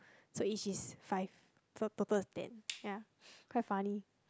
so each is five so total is ten ya quite funny